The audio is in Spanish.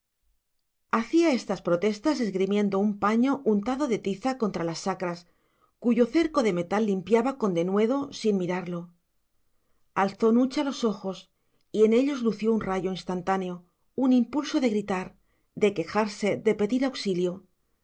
hacía estas protestas esgrimiendo un paño untado de tiza contra las sacras cuyo cerco de metal limpiaba con denuedo sin mirarlo alzó nucha los ojos y en ellos lució un rayo instantáneo un impulso de gritar de quejarse de pedir auxilio